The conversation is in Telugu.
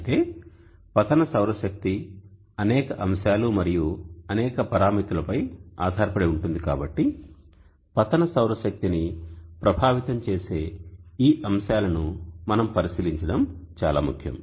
అయితే పతన సౌరశక్తి అనేక అంశాలు మరియు అనేక పరామితులపై ఆధారపడి ఉంటుంది కాబట్టి పతన సౌరశక్తిని ప్రభావితం చేసే ఈ అంశాలను మనం పరిశీలించడం చాలా ముఖ్యం